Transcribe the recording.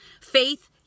faith